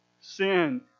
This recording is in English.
Sin